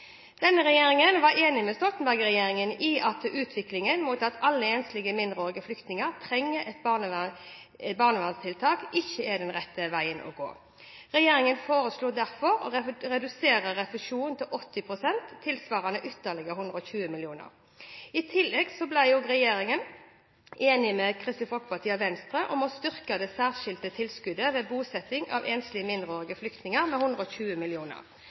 var enig med Stoltenberg-regjeringen i at utviklingen mot at alle enslige mindreårige flyktninger trenger et barnevernstiltak, ikke er den rette veien å gå. Regjeringen foreslo derfor å redusere refusjonen til 80 pst., tilsvarende ytterligere 120 mill. kr. I tillegg ble regjeringen enig med Kristelig Folkeparti og Venstre om å styrke det særskilte tilskuddet ved bosetting av enslige mindreårige flyktninger med 120